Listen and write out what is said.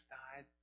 died